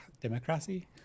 Democracy